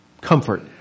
comfort